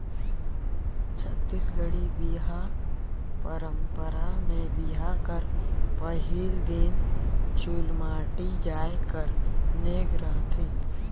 छत्तीसगढ़ी बिहा पंरपरा मे बिहा कर पहिल दिन चुलमाटी जाए कर नेग रहथे